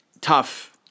Tough